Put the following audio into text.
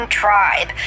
tribe